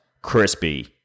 Crispy